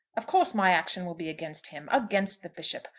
of course, my action will be against him against the bishop.